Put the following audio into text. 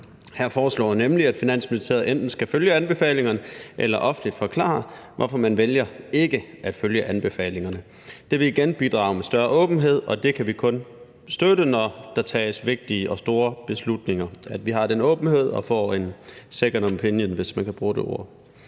Her foreslås det, at Finansministeriet enten skal følge anbefalingerne eller offentligt forklare, hvorfor man vælger ikke at følge anbefalingerne. Det vil igen bidrage til større åbenhed, og vi kan kun støtte, når der tages vigtige og store beslutninger, at vi har den åbenhed og får en second opinion, hvis man kan bruge det ord.